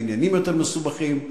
העניינים יותר מסובכים.